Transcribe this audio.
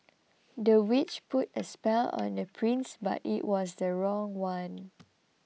the witch put a spell on the prince but it was the wrong one